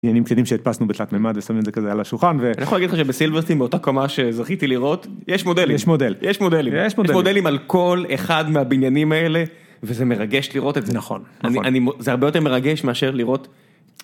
בניינים קטנים שהדפסנו בתלת ממד ושמים את זה כזה על השולחן ואני יכול להגיד לך שבסילברטים באותה קומה שזכיתי לראות יש מודלים יש מודלים יש מודלים יש מודלים על כל אחד מהבניינים האלה. וזה מרגש לראות את זה נכון אני זה הרבה יותר מרגש מאשר לראות.